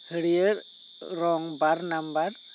ᱦᱟᱹᱲᱤᱭᱟᱹᱨ ᱨᱳᱝ ᱵᱟᱨ ᱱᱟᱢᱵᱟᱨ